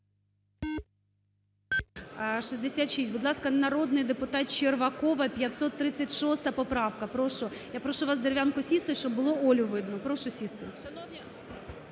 Будь ласка, народний депутат Червакова, 536 поправка. Прошу. Я прошу вас, Дерев'янко, сісти, щоб було Олю видно. Прошу сісти.